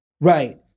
Right